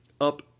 up